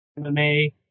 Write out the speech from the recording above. MMA